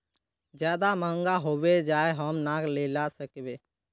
ज्यादा महंगा होबे जाए हम ना लेला सकेबे?